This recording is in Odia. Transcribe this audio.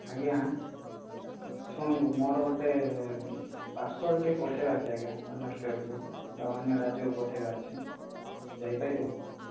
ଆଜ୍ଞା ଶୁଣନ୍ତୁ ମୋର ଗୋଟେ ପାର୍ସଲଟେ ପଠାଇବାର ଅଛି ଆଜ୍ଞା ଅନ୍ୟ ଷ୍ଟେଟକୁ ବା ଅନ୍ୟ ରାଜ୍ୟକୁ ପଠାଇବାର ଅଛି ଯାଇ ପାରିବ